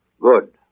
Good